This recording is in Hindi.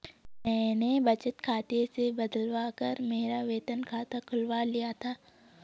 मैंने बचत खाते से बदलवा कर मेरा वेतन खाता खुलवा लिया था